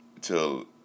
till